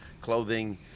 clothing